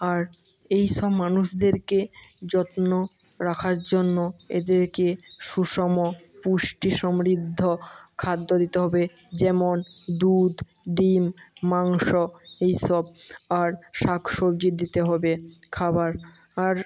আর এইসব মানুষদেরকে যত্ন রাখার জন্য এদেরকে সুসম পুষ্টি সমৃদ্ধ খাদ্য দিতে হবে যেমন দুধ ডিম মাংস এইসব আর শাকসবজি দিতে হবে খাবার আর